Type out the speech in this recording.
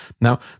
Now